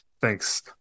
thanks